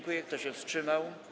Kto się wstrzymał?